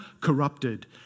corrupted